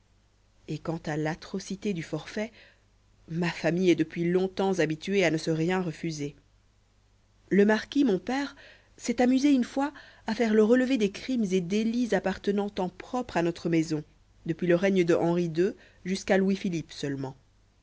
et quant à l'atrocité du forfait ma famille est depuis longtemps habituée à ne se rien refuser le marquis mon père s'est amusé une fois à faire le relevé des crimes et délits appartenant en propre à notre maison depuis le règne de henri ii jusqu'à louisphilippe seulement